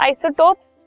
Isotopes